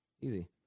easy